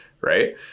right